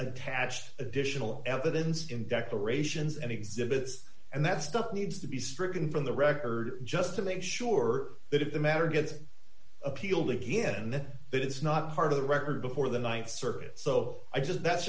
attached additional evidence in decorations and exhibits and that stuff needs to be stricken from the record just to make sure that if the matter gets appealed again that it's not part of the record before the th circuit so i just that's